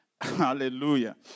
Hallelujah